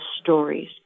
stories